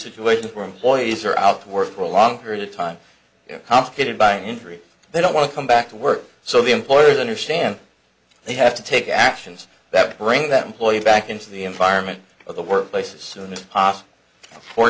situations were employees are out of work for a long period of time complicated by injury they don't want to come back to work so the employers understand they have to take actions that bring that employee back into the environment of the workplace as soon as possible for